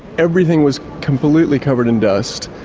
everything was completely covered in dust.